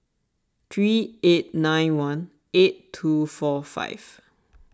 three eight nine one eight two four five